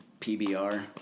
PBR